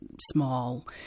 small